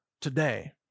today